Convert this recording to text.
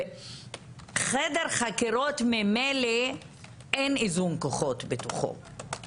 בחדר חקירות ממילא אין איזון כוחות בתוכו,